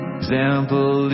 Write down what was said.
example